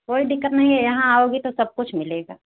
कोई दिक्कत नहीं है यहाँ आओगी तो सब कुछ मिलेगा